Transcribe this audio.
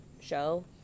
show